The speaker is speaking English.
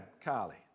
Kali